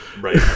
Right